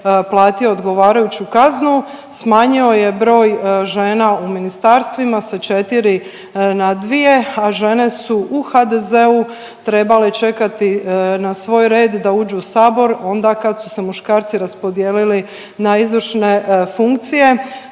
odgovarajuću kaznu, smanjio je broj žena u ministarstvima sa četiri na dvije, a žene su u HDZ-u trebale čekati na svoj red da uđu u Sabor onda kad su se muškarci raspodijelili na izvršne funkcije.